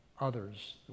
others